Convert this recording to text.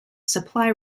supply